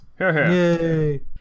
Yay